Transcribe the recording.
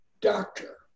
doctor